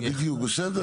בדיוק בסדר,